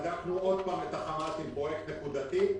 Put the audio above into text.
בדקנו עוד פעם עם החמ"ת עם פרויקט נקודתי.